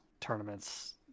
tournaments